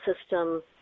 system